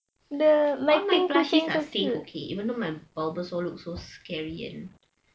all my plushies are safe K even though my bulbasaur looks so scary and